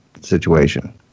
situation